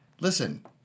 listen